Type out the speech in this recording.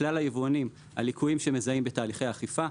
כלל היבואנים על ליקויים שמזהים בתהליכי אכיפה,